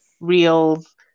reels